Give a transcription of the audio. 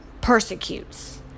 persecutes